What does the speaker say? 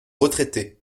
retraités